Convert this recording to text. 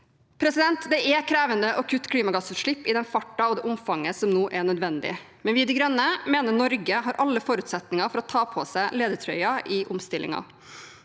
vår. Det er krevende å kutte klimagassutslipp i den farten og det omfanget som nå er nødvendig, men vi i Miljøpartiet De Grønne mener Norge har alle forutsetninger for å ta på seg ledertrøyen i omstillingen.